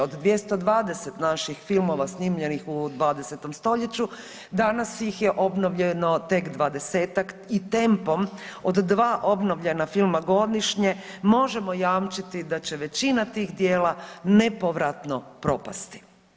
Od 220 naših filmova snimljenih u 20. stoljeću danas ih je obnovljeno tek 20-tak i tempom od 2 obnovljena filma godišnje možemo jamčiti da će većina tih djela nepovratno propasti.